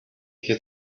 had